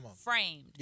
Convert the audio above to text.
framed